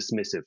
dismissive